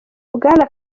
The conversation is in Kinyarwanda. bwana